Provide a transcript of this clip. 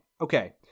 okay